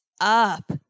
up